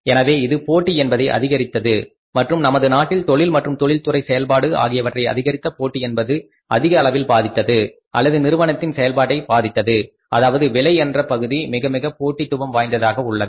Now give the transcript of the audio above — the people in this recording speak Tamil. எனவே இது போட்டி என்பதை அதிகரித்தது மற்றும் நமது நாட்டில் தொழில் மற்றும் தொழில்துறை செயல்பாடு ஆகியவற்றை அதிகரித்த போட்டி என்பது அதிக அளவில் பாதித்தது அல்லது நிறுவனத்தின் செயல்பாட்டை பாதித்தது அதாவது விலை என்ற பகுதி மிக மிக போட்டிதுவம் வாய்ந்ததாக உள்ளது